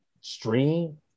stream